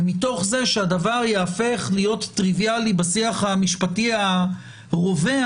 ומתוך זה שהדבר ייהפך להיות טריוויאלי בשיח המשפטי הרווח,